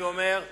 אני אומר: